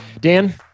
Dan